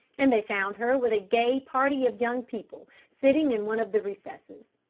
and they found her with a gay party of young people, sitting in one of the recesses.